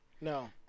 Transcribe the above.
no